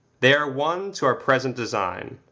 they are one to our present design.